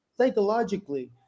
Psychologically